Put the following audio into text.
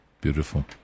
Beautiful